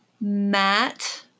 Matt